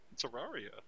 Terraria